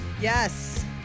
Yes